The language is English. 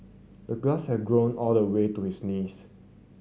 the grass had grown all the way to his knees